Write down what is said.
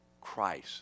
Christ